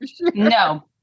No